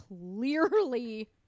clearly